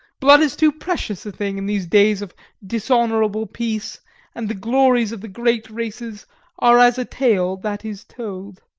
blood is too precious a thing in these days of dishonourable peace and the glories of the great races are as a tale that is told.